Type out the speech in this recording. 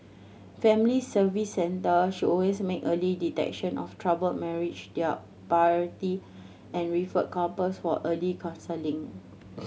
Family Service Centre should also make early detection of troubled marriage their priority and refer couples for early counselling